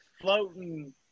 floating